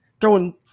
throwing